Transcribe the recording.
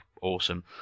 awesome